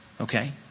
Okay